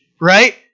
Right